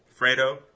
Fredo